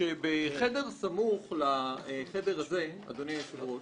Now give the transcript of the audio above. שבחדר סמוך לחדר הזה, אדוני היושב-ראש,